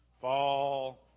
fall